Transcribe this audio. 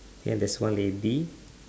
and there's one lady